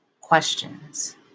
questions